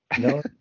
No